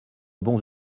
bons